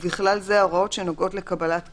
ובכלל זה ההוראות שנוגעות לקבלת קהל,